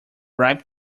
ripe